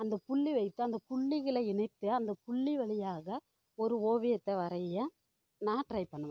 அந்த புள்ளி வைத்து அந்த புள்ளிகளை இணைத்து அந்த புள்ளி வழியாக ஒரு ஓவியத்தை வரைய நான் ட்ரை பண்ணுவேன்